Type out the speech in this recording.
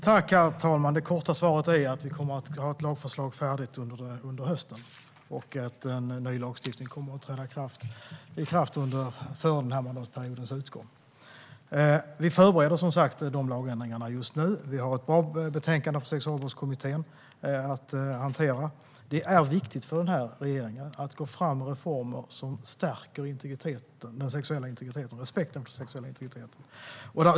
Herr talman! Det korta svaret är att vi kommer att ha ett lagförslag färdigt under hösten och att en ny lagstiftning kommer att träda i kraft före denna mandatperiods utgång. Vi förbereder de lagändringarna just nu. Vi har ett bra betänkande från Sexualbrottskommittén att hantera. Det är viktigt för den här regeringen att gå fram med reformer som stärker respekten för den sexuella integriteten.